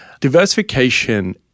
Diversification